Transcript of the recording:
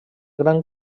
gran